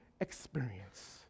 experience